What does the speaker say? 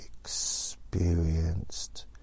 experienced